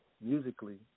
musically